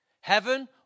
Heaven